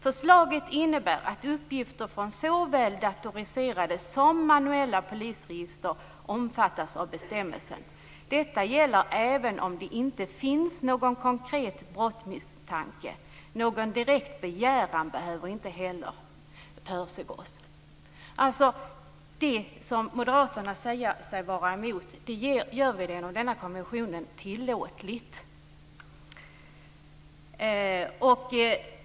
Förslaget innebär att uppgifter från såväl datoriserade som manuella polisregister omfattas av bestämmelsen. Detta gäller även om det inte finns någon konkret brottsmisstanke. Någon direkt begäran behövs inte heller." Alltså: Det som moderaterna säger sig vara emot gör vi genom denna konvention tillåtligt.